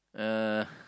uh